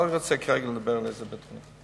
אני לא רוצה כרגע לדבר על איזה בית-חולים.